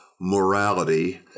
morality